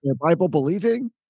Bible-believing